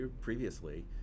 previously